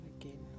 again